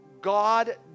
God